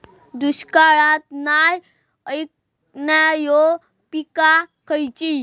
दुष्काळाक नाय ऐकणार्यो पीका खयली?